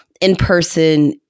in-person